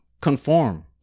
conform